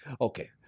okay